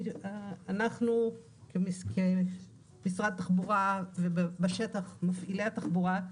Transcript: אנחנו כמשרד התחבורה, ובשטח מפעילי התחבורה,